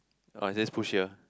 oh it says push here